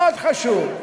מאוד חשוב.